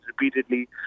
repeatedly